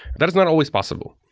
that is not always possible.